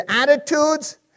attitudes